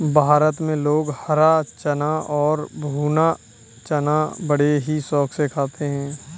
भारत में लोग हरा चना और भुना चना बड़े ही शौक से खाते हैं